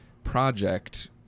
project